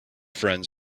friends